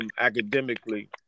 academically